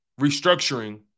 restructuring